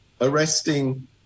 arresting